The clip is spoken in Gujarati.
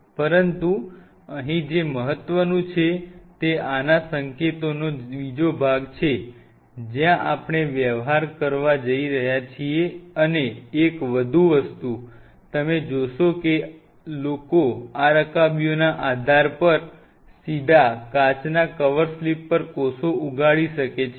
પરંતુ અહીં જે મહત્વનું છે તે આના સંકેતોનો બીજો ભાગ છે જ્યાં આપણે વ્યવહાર કરવા જઈ રહ્યા છીએ અને એક વધુ વસ્તુ તમે જોશો કે લોકો આ રકાબીઓના આધાર પર સીધા કાચના કવર સ્લિપ પર કોષો ઉગાડી શકે છે